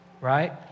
right